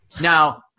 Now